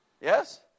Yes